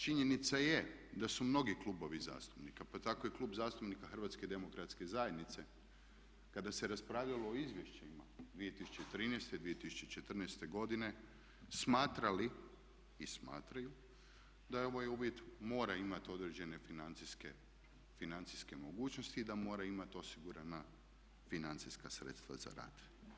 Činjenica je da su mnogi klubovi zastupnika, pa tako i Klub zastupnika HDZ-a, kada se raspravljalo o izvješćima 2013., 2014. godine smatrali i smatraju da ovaj uvjet mora imati određene financijske mogućnosti i da mora imati osigurana financijska sredstva za rad.